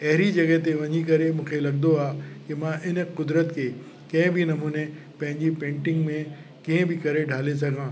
अहिड़ी जॻहि ते वञी करे मूंखे लॻंदो आहे कि मां इन कुदिरत खे कंहिं बि नमूने पंहिंजी पेंटिंग में कंहिं बि करे ढाले सघां